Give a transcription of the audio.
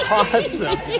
awesome